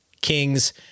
Kings